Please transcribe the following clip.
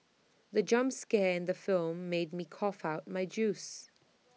the jump scare in the film made me cough out my juice